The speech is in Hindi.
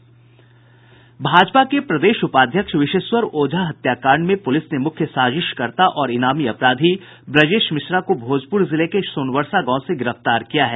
भाजपा के प्रदेश उपाध्यक्ष विशेश्वर ओझा हत्याकांड में पुलिस ने मुख्य साजिश कर्ता और इनामी अपराधी ब्रजेश मिश्रा को भोजपुर जिले के सोनवर्षा गांव से गिरफ्तार किया है